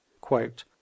quote